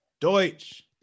Deutsch